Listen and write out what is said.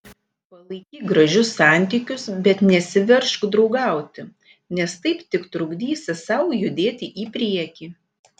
palaikyk gražius santykius bet nesiveržk draugauti nes taip tik trukdysi sau judėti į priekį